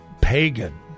pagan